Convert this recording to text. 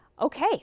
Okay